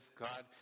God